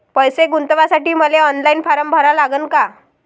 पैसे गुंतवासाठी मले ऑनलाईन फारम भरा लागन का?